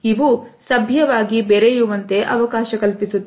ಇವು ಸಭ್ಯವಾಗಿ ಬೆರೆಯುವಂತೆ ಅವಕಾಶ ಕಲ್ಪಿಸುತ್ತವೆ